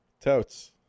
totes